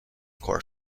core